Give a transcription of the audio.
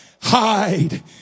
hide